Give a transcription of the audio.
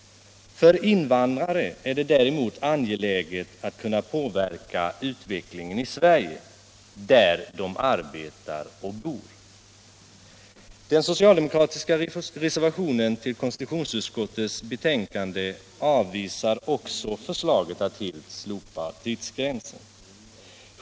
För invandrare är det däremot angeläget att kunna påverka utvecklingen i Sverige, där de arbetar och bor. Den socialdemokratiska reservationen till konstitutionsutskottets betänkande avvisar också förslaget att helt slopa tidsgränsen.